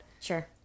Sure